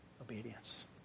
obedience